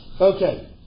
Okay